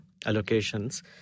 allocations